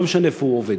לא משנה איפה הוא עובד.